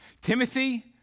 Timothy